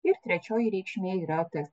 ir trečioji reikšmė yra tas